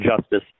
justice